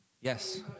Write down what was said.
Yes